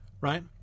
right